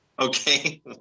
Okay